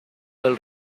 del